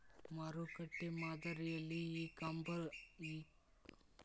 ಮಾರುಕಟ್ಟೆ ಮಾದರಿಯಲ್ಲಿ e commerce ಕಂಪನಿಗಳು ಯಾವ ಲೆಕ್ಕಪತ್ರ ನೇತಿಗಳನ್ನ ಬಳಸುತ್ತಾರಿ?